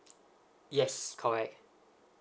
yes correct